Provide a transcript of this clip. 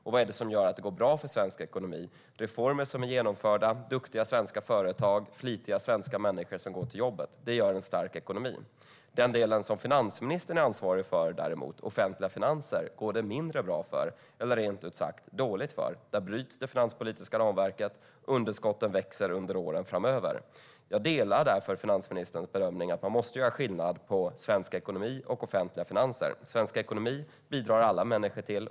Och vad är det som gör att det går bra för svensk ekonomi? Reformer som är genomförda, duktiga svenska företag och flitiga svenska människor som går till jobbet ger en stark ekonomi. Den del som finansministern är ansvarig för, offentliga finanser, går det däremot mindre bra eller rent ut sagt dåligt för. Det finanspolitiska ramverket bryts, och underskotten växer under åren framöver. Jag delar därför finansministerns bedömning att man måste göra skillnad på svensk ekonomi och offentliga finanser. Svensk ekonomi bidrar alla människor till.